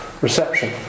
reception